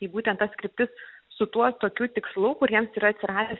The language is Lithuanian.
į būtent tas kryptis su tuo tokiu tikslu kur iems yra atsiradęs